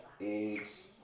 eggs